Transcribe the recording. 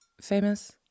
famous